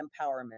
empowerment